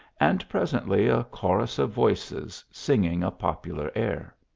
and presently, a chorus of voices, sing ing a popular air.